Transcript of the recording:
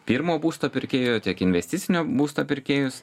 pirmo būsto pirkėjo tiek investicinio būsto pirkėjus